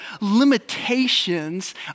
limitations